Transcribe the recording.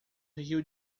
rio